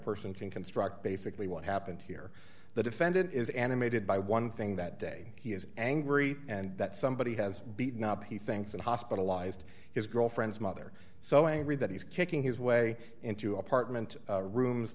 can construct basically what happened here the defendant is animated by one thing that day he is angry and that somebody has beaten up he thinks and hospitalized his girlfriend's mother so angry that he's kicking his way into apartment rooms